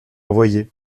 envoyer